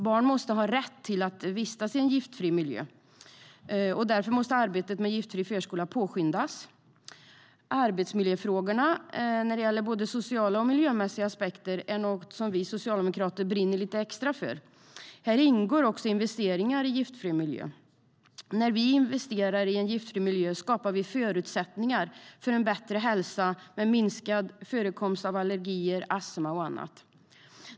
Barn måste ha rätt till en giftfri miljö. Därför måste arbetet med en giftfri förskola påskyndas. Arbetsmiljöfrågorna - det gäller både sociala och miljömässiga aspekter - är något som vi socialdemokrater brinner lite extra för. Där ingår också investeringar i giftfri miljö. När vi investerar i en giftfri miljö skapar vi förutsättningar för en bättre hälsa, med minskad förekomst av allergier, astma och annat.